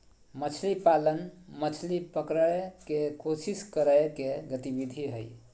मछली पालन, मछली पकड़य के कोशिश करय के गतिविधि हइ